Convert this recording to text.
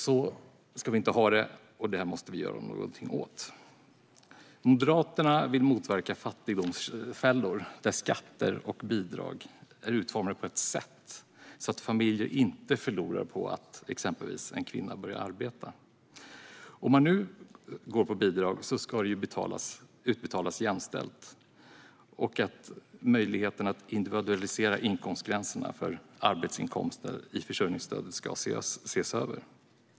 Så ska vi inte ha det, utan detta måste vi göra någonting åt. Moderaterna vill motverka fattigdomsfällor genom att skatter och bidrag är utformade på ett sådant sätt att familjer inte förlorar på att exempelvis en kvinna börjar arbeta. Om man nu går på bidrag ska det utbetalas jämställt. Vi vill att möjligheten att individualisera inkomstgränserna för arbetsinkomster i försörjningsstödet ska ses över.